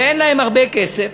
ואין להם הרבה כסף,